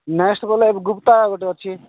next ବୋଲେ ଏବେ ଗୁପ୍ତା ଗୋଟେ ଅଛି